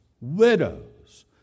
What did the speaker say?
Widows